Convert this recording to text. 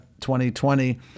2020